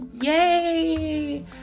yay